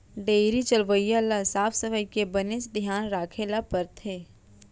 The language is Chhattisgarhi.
डेयरी चलवइया ल साफ सफई के बनेच धियान राखे ल परथे